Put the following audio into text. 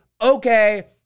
okay